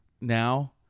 now